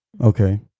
Okay